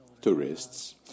tourists